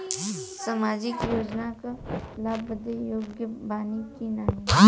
सामाजिक योजना क लाभ बदे योग्य बानी की नाही?